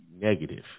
negative